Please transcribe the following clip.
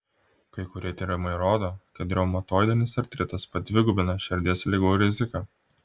kai kurie tyrimai rodo kad reumatoidinis artritas padvigubina širdies ligų riziką